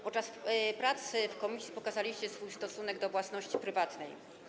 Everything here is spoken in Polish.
Podczas prac w komisji pokazaliście swój stosunek do własności prywatnej.